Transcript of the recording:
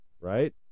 right